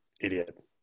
Idiot